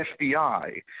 FBI